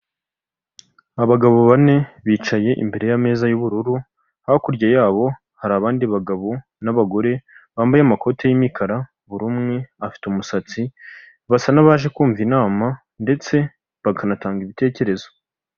Abagabo bane bicaye imbere y'ameza y'ubururu, hakurya yabo hari abandi bagabo n'abagore bambaye amakote y'imikara, buri umwe afite umusatsi, basa n'abaje kumva inama ndetse bakanatanga ibitekerezo.